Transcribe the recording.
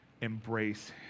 embrace